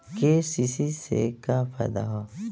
KCC से का फायदा ह?